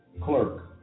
Clerk